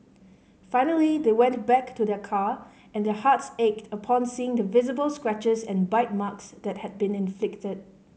finally they went back to their car and their hearts ached upon seeing the visible scratches and bite marks that had been inflicted